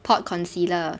pot concealer